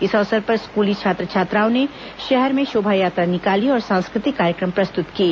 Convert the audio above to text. इस अवसर पर स्कूली छात्र छात्राओं ने शहर में शोभायात्रा निकाली और सांस्कृतिक कार्यक्रम प्रस्तुत किए